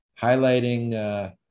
highlighting